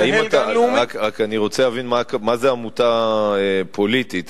מה זה "עמותה פוליטית"?